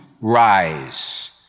rise